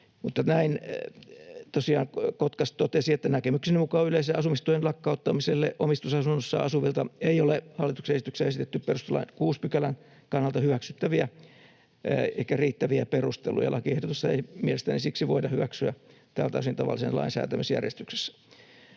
Mutta näin tosiaan Kotkas totesi: ”Näkemykseni mukaan yleisen asumistuen lakkauttamiselle omistusasunnossaan asuvilta ei ole hallituksen esityksessä esitetty perustuslain 6 §:n kannalta hyväksyttäviä eikä riittäviä perusteluja. Lakiehdotusta ei mielestäni siksi voida hyväksyä tältä osin tavallisen lain säätämisjärjestyksessä.”